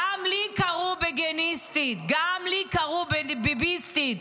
גם לי קראו בגיניסטית, גם לי קראו ביביסטית.